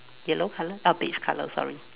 yellow color uh beige color sorry